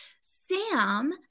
Sam